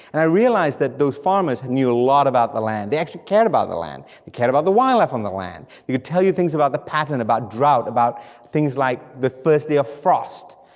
and i realized that those farmers knew a lot about the land, they actually cared about the land they cared about the wildlife on the land, they'd tell you things about the pattern, about drought, about things like the first day of frost,